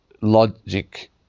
logic